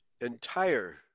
entire